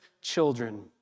children